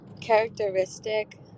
characteristic